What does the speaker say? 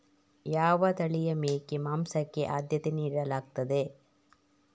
ಯಾವ ತಳಿಯ ಮೇಕೆ ಮಾಂಸಕ್ಕೆ ಆದ್ಯತೆ ನೀಡಲಾಗ್ತದೆ?